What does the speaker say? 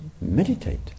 meditate